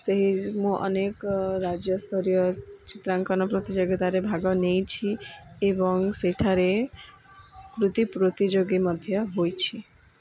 ସେହି ମୁଁ ଅନେକ ରାଜ୍ୟସ୍ତରୀୟ ଚିତ୍ରାଙ୍କନ ପ୍ରତିଯୋଗିତାରେ ଭାଗ ନେଇଛି ଏବଂ ସେଠାରେ କୃତି ପ୍ରତିଯୋଗୀ ମଧ୍ୟ ହୋଇଛି